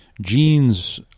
Genes